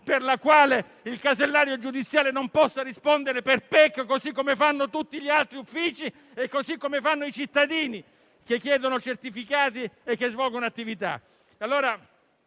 per cui il casellario giudiziale non possa rispondere per PEC, così come fanno tutti gli altri uffici e gli stessi cittadini che chiedono certificati e svolgono attività.